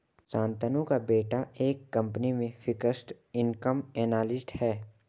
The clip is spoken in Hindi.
शांतनु का बेटा एक कंपनी में फिक्स्ड इनकम एनालिस्ट है